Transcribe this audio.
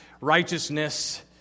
righteousness